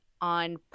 on